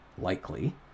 likely